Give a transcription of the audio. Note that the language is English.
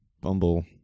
bumble